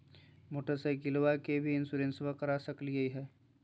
मोटरसाइकिलबा के भी इंसोरेंसबा करा सकलीय है?